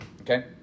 okay